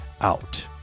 out